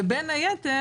בין היתר,